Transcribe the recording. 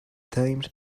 times